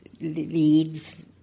leads